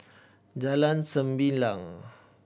Jalan Sembilang